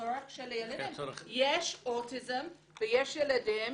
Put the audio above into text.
הילד שלי הוא ילד עם צרכים מיוחדים.